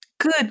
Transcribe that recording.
Good